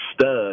stud